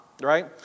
right